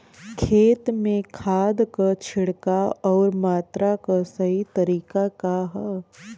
खेत में खाद क छिड़काव अउर मात्रा क सही तरीका का ह?